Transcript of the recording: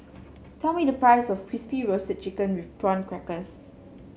tell me the price of crispy roast chicken with Prawn Crackers